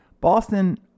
Boston